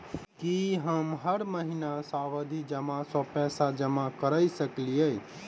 की हम हर महीना सावधि जमा सँ पैसा जमा करऽ सकलिये?